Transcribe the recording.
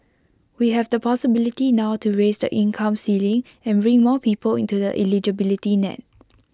we have the possibility now to raise the income ceiling and bring more people into the eligibility net